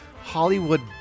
Hollywood-